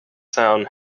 sound